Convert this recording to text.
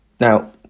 Now